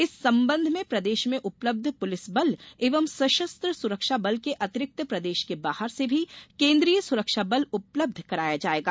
इस संबंध में प्रदेश में उपलब्ध पुलिस बल एवं सशस्त्र सुरक्षा बल के अतिरिक्त प्रदेश के बाहर से भी केन्द्रीय सुरक्षा बल उपलब्ध कराया जाएगा